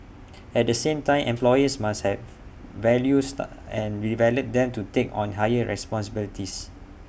at the same time employers must have value staff and develop them to take on higher responsibilities